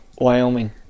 Wyoming